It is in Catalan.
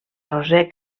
roser